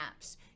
apps